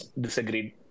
disagreed